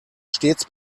stets